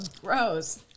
gross